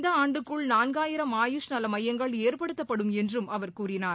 இந்த ஆண்டுக்குள் நான்காயிரம் அயுஷ் நல மையங்கள் ஏற்படுத்தப்படும் என்றும் அவர் கூறினார்